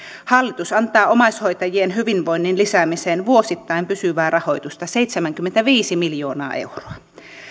hallitus antaa omaishoitajien hyvinvoinnin lisäämiseen vuosittain pysyvää rahoitusta seitsemänkymmentäviisi miljoonaa euroa